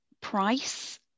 price